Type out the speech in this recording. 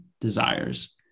desires